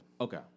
Okay